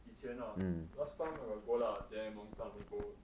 以前 ah last time I got go lah then long time no go